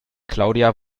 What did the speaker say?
claudia